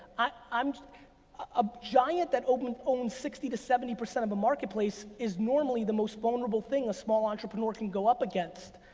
ah um a giant that owns sixty to seventy percent of market place is normally the most vulnerable thing a small entrepreneur can go up against.